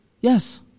Yes